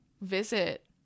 visit